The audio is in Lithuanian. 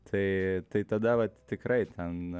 tai tai tada vat tikrai ten